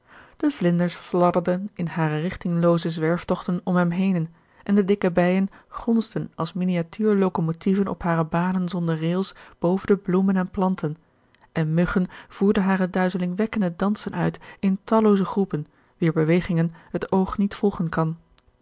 de vlinders fladderden in hare richtinglooze zwerftochten om hem henen en de dikke bijen gonsden als miniatuur lokomotieven op hare banen zonder rails boven de bloemen en planten en muggen voerden hare duizelingwekkende dansen uit in tallooze groepen wier bewegingen het oog niet volgen kan